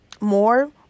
more